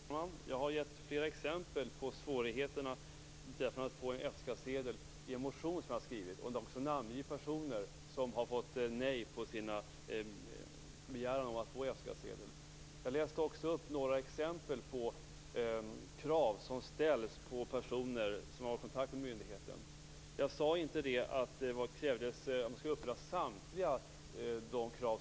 Fru talman! I en motion som jag väckt har jag gett flera exempel på svårigheter när det gäller att få en F skattsedel. Jag har också namngivit personer som fått avslag på sin begäran om F-skattsedel. Jag läste upp några exempel på krav som ställs på personer som har kontakt med myndigheten, men jag sade inte att samtliga krav som jag räknade upp skulle uppfyllas.